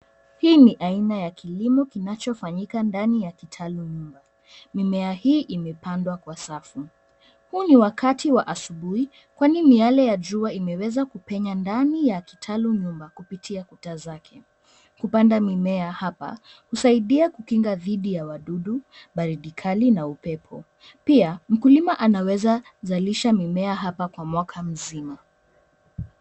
Hii ni aina ya kilimo kinachofanyika ndani ya kitalu nyumba. Mimea hii imepandwa kwa safu. Huu ni wakati wa asubuhi, kwani miale ya jua imeweza kupenya ndani ya kitalu nyumba kupitia kuta zake. Kupanda mimea hapa husaidia: kukinga dhidi ya wadudu, baridi kali na upepo. Pia mkulima anaweza zalisha mimea hapa kwa mwaka mzima.